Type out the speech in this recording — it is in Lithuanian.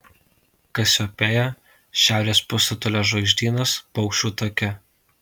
kasiopėja šiaurės pusrutulio žvaigždynas paukščių take